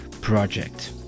project